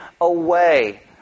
away